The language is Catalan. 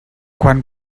quan